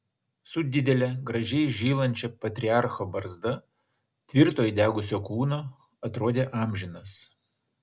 su didele gražiai žylančia patriarcho barzda tvirto įdegusio kūno atrodė amžinas